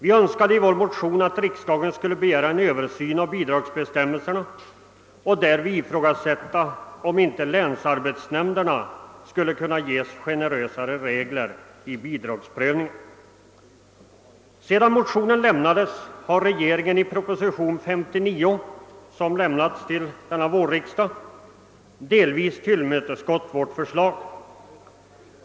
I motionerna yrkade vi att riksdagen skulle begära en översyn av bidragsbestämmelserna och därvid ifrågasätta, om inte länsarbetsnämnderna kunde ges generösare befogenheter vid bidragsprövningen. Sedan motionerna väcktes har regeringen i proposition nr 59 delvis tillmötesgått vårt förslag.